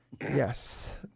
yes